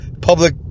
public